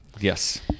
Yes